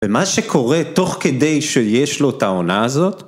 ומה שקורה תוך כדי שיש לו את העונה הזאת